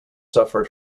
suffered